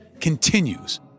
continues